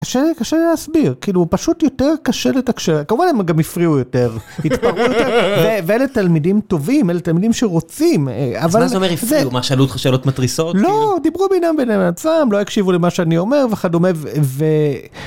קשה להסביר כאילו הוא פשוט יותר קשה לתקשר וגם הפריעו יותר ואלה תלמידים טובים אלה תלמידים שרוצים, מה זה אומר הפריעו מה שאלו אותך שאלות מתריסות? לא! דיברו ביניהם על עצמם לא הקשיבו למה שאני אומר וכדומה ו.